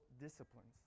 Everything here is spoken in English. disciplines